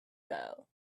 girl